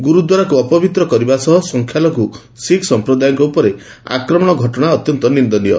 ଗୁରୁଦ୍ୱାରାକୁ ଅପବିତ୍ର କରିବା ସହ ସଂଖ୍ୟାଲଘୁ ଶିଖ ସମ୍ପ୍ରଦାୟଙ୍କ ଉପରେ ଆକ୍ରମଣ ଘଟଣା ଅତ୍ୟନ୍ତ ନିନ୍ଦନୀୟ